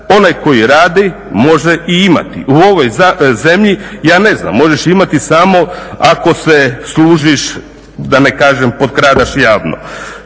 onaj koji radi može i imati. U ovoj zemlji ja ne znam možeš imati samo ako se služiš da ne kažem potkradaš javno.